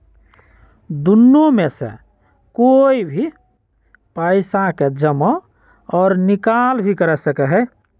दुन्नो में से कोई भी पैसा के जमा और निकाल भी कर सका हई